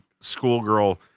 schoolgirl